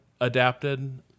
adapted